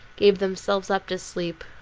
gave themselves up to sleep,